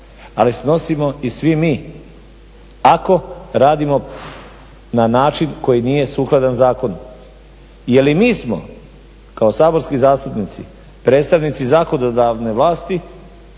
ali snosimo i svi mi ako radimo na način koji nije sukladan zakonu, jer i mi smo kao saborski zastupnici predstavnici zakonodavne vlasti,